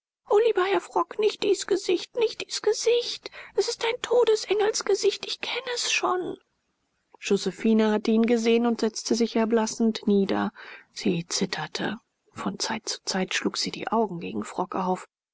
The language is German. lieber herr frock nicht dies gesicht nicht dies gesicht es ist ein todesengelsgesicht ich kenn es schon josephine hatte ihn gesehen und setzte sich erblassend nieder sie zitterte von zeit zu zeit schlug sie die augen gegen frock auf